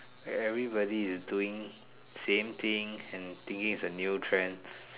everybody is doing same thing and thinking its a new trend